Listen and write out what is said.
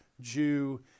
Jew